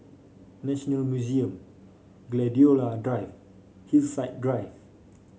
National Museum Gladiola Drive Hillside Drive